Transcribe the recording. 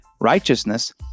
Righteousness